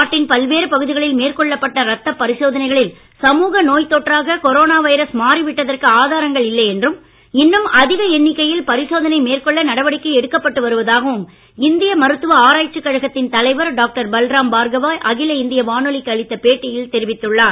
நாட்டின் பல்வேறு பகுதிகளில் மேற்கொள்ளப்பட்ட ரத்த பரிசோதனைகளில் சமுக நோய்த்தொற்றாக கொரோனா வைரஸ் மாறிவிட்டதற்கு ஆதாரங்கள் இல்லை என்றும் இன்னும் அதிக எண்ணிக்கையில் பரிசோதனை மேற்கொள்ள நடவடிக்கை எடுக்கப்பட்டு வருவதாகவும் இந்திய மருத்துவ ஆராய்ச்சிக் கழகத்தின் தலைவர் டாக்டர் பல்ராம் பார்கவா அகில இந்திய வானொலிக்கு அளித்த பேட்டியில் தெரிவித்துள்ளார்